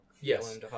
Yes